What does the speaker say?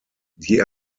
die